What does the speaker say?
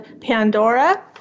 Pandora